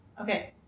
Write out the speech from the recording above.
Okay